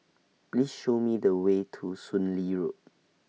Please Show Me The Way to Soon Lee Road